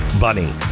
bunny